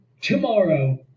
tomorrow